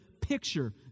picture